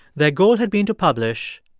their goal had been to publish,